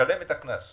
לשלם את הקנס.